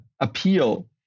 appeal